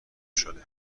شده